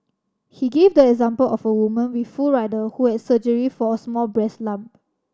he gave the example of a woman with full rider who had surgery for a small breast lump